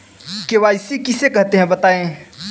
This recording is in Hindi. के.वाई.सी किसे कहते हैं बताएँ?